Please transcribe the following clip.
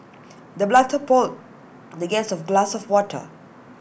the butler poured the guest of A glass of water